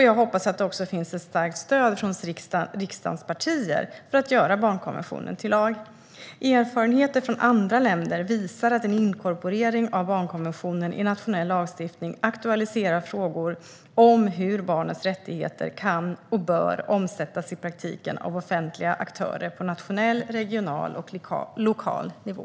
Jag hoppas att det också finns ett starkt stöd från riksdagens partier för att göra barnkonventionen till lag. Erfarenheter från andra länder visar att en inkorporering av barnkonventionen i nationell lagstiftning aktualiserar frågor om hur barnets rättigheter kan och bör omsättas i praktiken av offentliga aktörer på nationell, regional och lokal nivå.